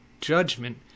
judgment